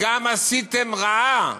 גם עשיתם רעה,